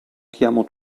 chiamo